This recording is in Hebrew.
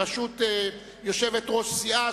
בראשות יושבת-ראש סיעה,